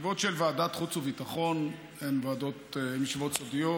ישיבות של ועדת החוץ והביטחון הן ישיבות סודיות,